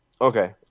Okay